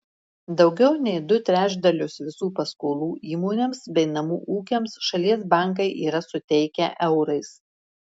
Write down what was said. daugiau nei du trečdalius visų paskolų įmonėms bei namų ūkiams šalies bankai yra suteikę eurais